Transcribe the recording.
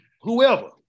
whoever